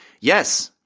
Yes